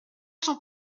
son